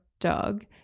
Doug